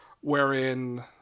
wherein